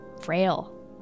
frail